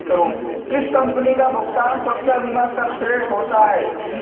किस कंपनी का भुगतान सुरक्षा बीमा सर्वश्रेष्ठ होता है?